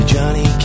Johnny